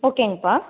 ஓகேங்கப்பா